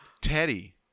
Teddy